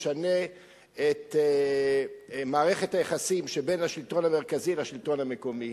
שישנה את מערכת היחסים שבין השלטון המרכזי לשלטון המקומי.